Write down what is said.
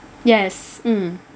yes mm